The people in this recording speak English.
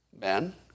Men